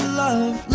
love